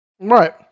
Right